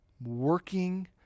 working